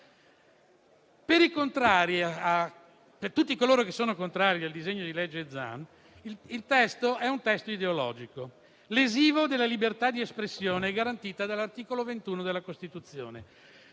Per tutti coloro che sono contrari al disegno di legge Zan, il testo è ideologico, lesivo della libertà di espressione garantita dall'articolo 21 della Costituzione,